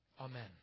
Amen